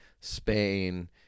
Spain